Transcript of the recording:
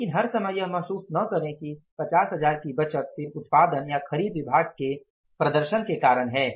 लेकिन हर समय यह महसूस न करें कि 50 हजार की बचत सिर्फ उत्पादन या खरीद विभाग के प्रदर्शन के कारण है